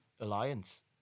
alliance